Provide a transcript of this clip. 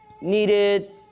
Needed